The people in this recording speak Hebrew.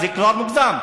זה כבר מוגזם.